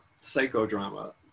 psychodrama